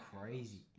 crazy